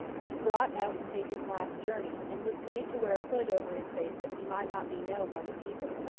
was brought out to take his last journey, and was made to wear a hood over his face that he might not be known by the people.